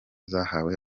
zahawe